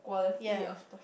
ya